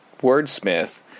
wordsmith